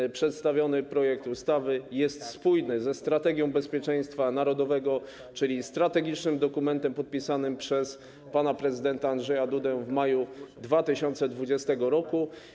Czy przedstawiony projekt ustawy jest spójny ze Strategią Bezpieczeństwa Narodowego, czyli strategicznym dokumentem podpisanym przez pana prezydenta Andrzeja Dudę w maju 2020 r.